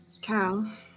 Cal